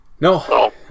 No